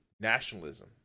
Nationalism